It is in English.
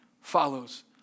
follows